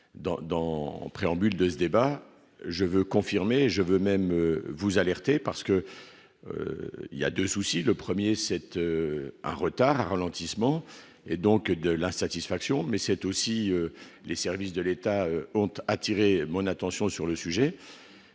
dans en préambule de ce débat, je veux confirmer je veux même vous alerter, parce que il y a 2 soucis : le 1er c'était un retard ralentissement et donc de l'insatisfaction, mais c'est aussi les services de l'État honteux attiré mon attention sur le sujet